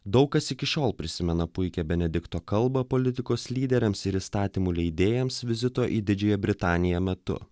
daug kas iki šiol prisimena puikią benedikto kalbą politikos lyderiams ir įstatymų leidėjams vizito į didžiąją britaniją metu